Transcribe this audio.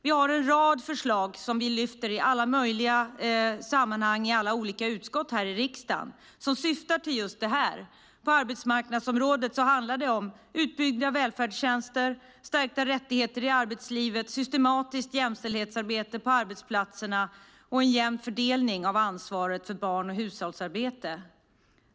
Vi har en rad förslag som vi lyfter fram i alla möjliga sammanhang i alla olika utskott här i riksdagen och som syftar till just detta. På arbetsmarknadsområdet handlar det om utbyggda välfärdstjänster, stärkta rättigheter i arbetslivet, ett systematiskt jämställdhetsarbete på arbetsplatserna och en jämn fördelning av ansvaret för barn och hushållsarbete.